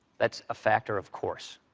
that's a factor, of course,